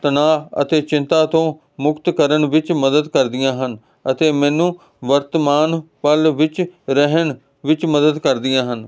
ਤਣਾਅ ਅਤੇ ਚਿੰਤਾ ਤੋਂ ਮੁਕਤ ਕਰਨ ਵਿੱਚ ਮਦਦ ਕਰਦੀਆਂ ਹਨ ਅਤੇ ਮੈਨੂੰ ਵਰਤਮਾਨ ਵੱਲ ਵਿੱਚ ਰਹਿਣ ਵਿੱਚ ਮਦਦ ਕਰਦੀਆਂ ਹਨ